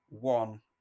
one